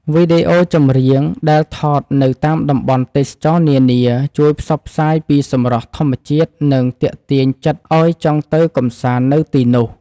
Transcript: វីដេអូចម្រៀងដែលថតនៅតាមតំបន់ទេសចរណ៍នានាជួយផ្សព្វផ្សាយពីសម្រស់ធម្មជាតិនិងទាក់ទាញចិត្តឱ្យចង់ទៅកម្សាន្តនៅទីនោះ។